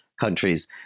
countries